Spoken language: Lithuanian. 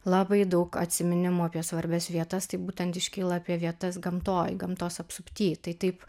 labai daug atsiminimų apie svarbias vietas tai būtent iškyla apie vietas gamtoj gamtos apsupty tai taip